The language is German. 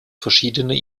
verschiedener